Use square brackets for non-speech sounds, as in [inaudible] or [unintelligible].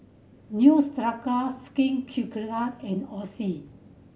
Neostrata Skin [unintelligible] and Oxy